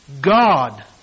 God